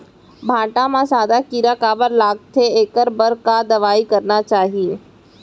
भांटा म सादा कीरा काबर लगथे एखर बर का दवई करना चाही?